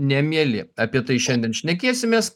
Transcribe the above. nemieli apie tai šiandien šnekėsimės